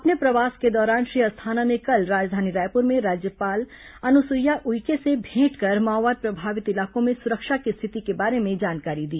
अपने प्रवास के दौरान श्री अस्थाना ने कल राजधानी रायपुर में राज्यपाल अनुसुईया उइके से भेंट कर माओवाद प्रभावित इलाकों में सुरक्षा की स्थिति के बारे में जानकारी दी